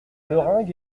meringues